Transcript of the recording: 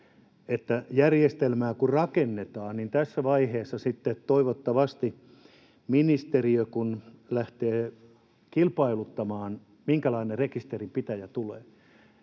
että järjestelmää kun rakennetaan, niin tässä vaiheessa sitten toivottavasti ministeriö kun lähtee kilpailuttamaan, minkälainen rekisterinpitäjä tulee,